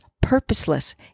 purposeless